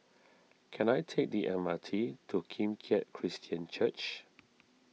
can I take the M R T to Kim Keat Christian Church